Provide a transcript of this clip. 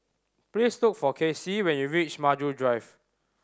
please look for Kacy when you reach Maju Drive